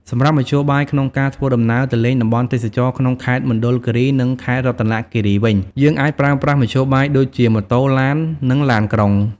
សម្រាប់មធ្យោបាយក្នុងការធ្វើដំណើរទៅលេងតំបន់ទេសចរក្នុងខេត្តមណ្ឌលគិរី និងខេត្តរតនគិរីវិញ យើងអាចប្រើប្រាស់មធ្យោបាយដូចជា ម៉ូតូ ឡាន និងឡានក្រុង។